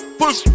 push